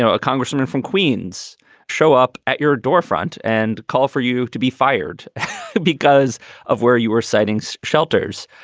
so a congressman from queens show up at your door front and call for you to be fired because of where you were citing so shelters.